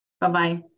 Bye-bye